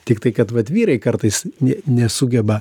tiktai kad vat vyrai kartais ne nesugeba